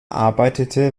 arbeitete